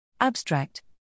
Abstract